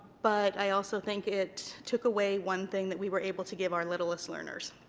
but i also think it took away one thing that we were able to give our littlest learners,